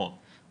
נכון.